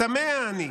"תמה אני,